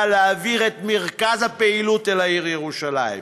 להעביר את מרכז הפעילות אל העיר ירושלים,